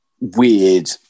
weird